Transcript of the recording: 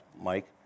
Mike